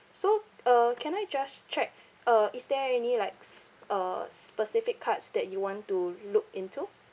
so uh can I just check uh is there any like s~ uh specific cards that you want to look into